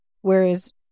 Whereas